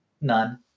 None